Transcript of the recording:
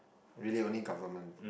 really only government